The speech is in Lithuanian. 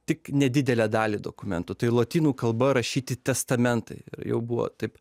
tik nedidelė dali dokumentų tai lotynų kalba rašyti testamentai jau buvo taip